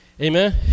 Amen